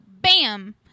BAM